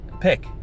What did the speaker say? pick